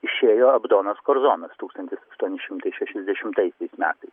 išėjo abdonas korzonas tūkstantis aštuoni šimtai šešiasdešimtaisiais metais